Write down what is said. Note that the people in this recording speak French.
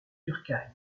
durkheim